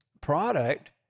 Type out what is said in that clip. product